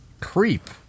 creep